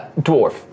Dwarf